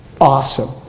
Awesome